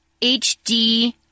HD